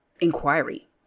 inquiry